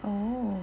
oh